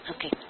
Okay